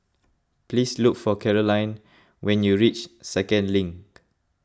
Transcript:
please look for Carolyne when you reach Second Link